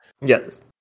yes